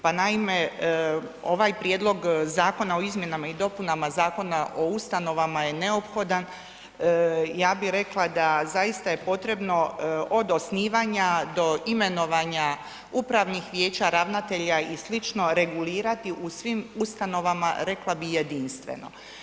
Pa naime, ovaj Prijedlog zakona o izmjenama i dopunama zakon o ustanovama je neophodan, ja bi rekla da zaista je potrebno od osnivanja do imenovanja upravnih vijeća, ravnatelja i slično regulirati u svim ustanovama rekla bi jedinstveno.